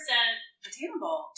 attainable